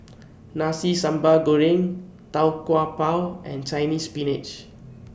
Nasi Sambal Goreng Tau Kwa Pau and Chinese Spinach